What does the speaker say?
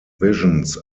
visions